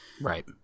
Right